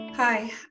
Hi